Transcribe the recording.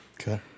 Okay